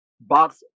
box